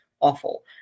awful